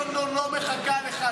לונדון לא מחכה לך,